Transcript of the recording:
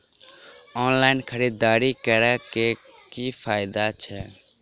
Online खरीददारी करै केँ की फायदा छै?